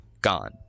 gone